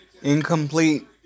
Incomplete